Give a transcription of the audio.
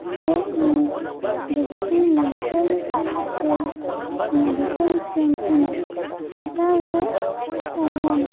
ᱦᱳᱭ ᱤᱧ ᱰᱤᱯᱴᱤ ᱢᱮᱰᱤᱠᱮᱞ ᱨᱮ ᱢᱮᱰᱤᱠᱮᱞ ᱥᱮᱢᱯᱷᱩᱧ ᱦᱟᱛᱟᱣᱞᱮᱫ ᱛᱟᱦᱮᱱ